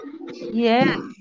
Yes